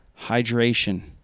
hydration